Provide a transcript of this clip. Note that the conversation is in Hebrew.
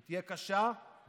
היא תהיה קשה ומורכבת,